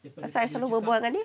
pasal I selalu berbual dengan dia